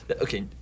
okay